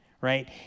right